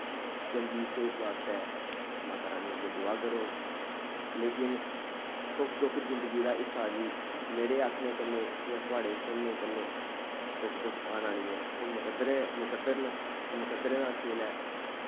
चंगी सेह्त आस्तै माता रानी अग्गै दुआ करोंग लेकिन सुख दुख जिंगदी दा हिस्सा जी मेरे आखने कन्नै जां थुआढ़े सुनने कन्नै सुख दुख आना नि ऐ ओह् मुकद्दरें मुकद्दर न मुकद्दरें दा खेल ऐ